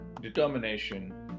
determination